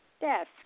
desk